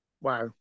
Wow